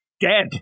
dead